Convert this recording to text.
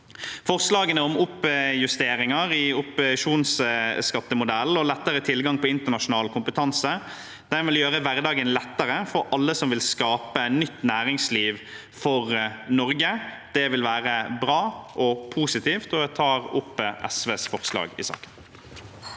Forslagene om oppjusteringer i opsjonsskattemodellen og lettere tilgang på internasjonal kompetanse vil gjøre hverdagen lettere for alle som vil skape nytt næringsliv for Norge. Det vil være bra og positivt. Sveinung Rotevatn